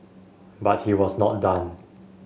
but he was not done